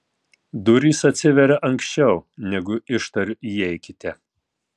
durys atsiveria anksčiau negu ištariu įeikite